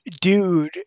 dude